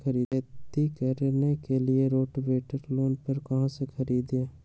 खेती करने के लिए रोटावेटर लोन पर कहाँ से खरीदे?